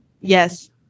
Yes